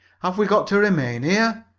have we got to remain here?